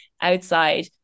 outside